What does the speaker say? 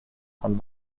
von